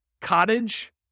Cottage